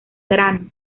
grano